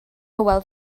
hywel